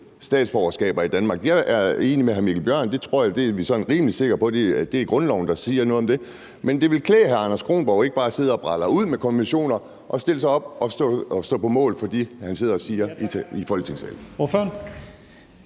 statsborgerskab i Danmark. Jeg er enig med hr. Mikkel Bjørn. Vi er rimelig sikre på, at det er grundloven, der siger noget om det, men det ville klæde hr. Anders Kronborg ikke bare at sidde og bralre op om konventioner, men at stille sig op og stå på mål for det, han sidder og siger i Folketingssalen.